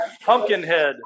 Pumpkinhead